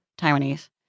Taiwanese